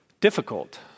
difficult